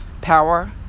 power